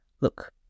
Look